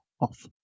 off